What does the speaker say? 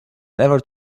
never